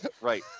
right